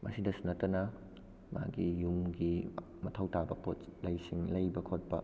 ꯃꯁꯤꯗꯁꯨ ꯅꯠꯇꯅ ꯃꯥꯒꯤ ꯌꯨꯝꯒꯤ ꯃꯊꯧ ꯇꯥꯕ ꯄꯣꯠ ꯆꯩꯁꯤꯡ ꯂꯩꯕ ꯈꯣꯠꯄ